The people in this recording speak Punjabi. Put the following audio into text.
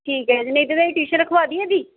ਠੀਕ ਹੈ ਜੀ ਨਹੀਂ ਤਾ ਇਹਦੀ ਟਿਊਸ਼ਨ ਰਖਵਾ ਦੇਈਏ ਇਹਦੀ